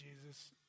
Jesus